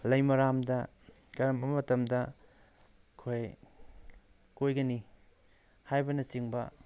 ꯂꯩꯃꯔꯥꯝꯗ ꯀꯔꯝꯕ ꯃꯇꯝꯗ ꯑꯩꯈꯣꯏ ꯀꯣꯏꯒꯅꯤ ꯍꯥꯏꯕꯅꯆꯤꯡꯕ